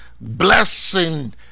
blessing